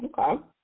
Okay